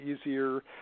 easier